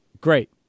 Great